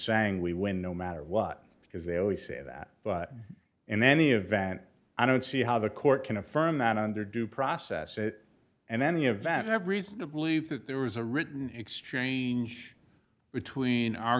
sang we win no matter what because they always say that but in any event i don't see how the court can affirm that under due process it and any event i have reason to believe that there was a written exchange between our